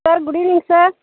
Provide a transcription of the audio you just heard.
sir good evening sir